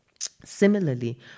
Similarly